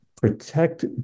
protect